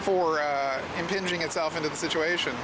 for impinging itself into the situation